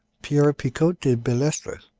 pierre picote de belestre,